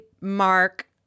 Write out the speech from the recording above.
mark